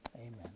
Amen